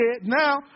now